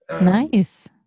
Nice